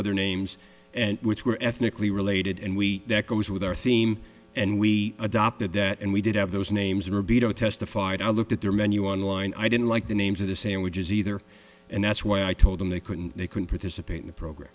other names and which were ethnically related and we that goes with our theme and we adopted that and we did have those names are a bit of a testified i looked at their menu online i didn't like the names of the sandwiches either and that's why i told them they couldn't they can participate in the program